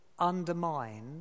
Undermine